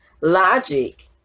Logic